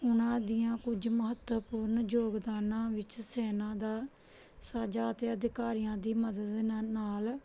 ਉਹਨਾਂ ਦੀਆਂ ਕੁਝ ਮਹੱਤਵਪੂਰਨ ਯੋਗਦਾਨਾਂ ਵਿੱਚ ਸੈਨਾ ਦਾ ਸਾਂਝਾ ਅਤੇ ਅਧਿਕਾਰੀਆਂ ਦੀ ਮਦਦ ਦ ਨਾਲ